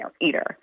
eater